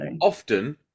often